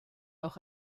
auch